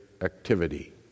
activity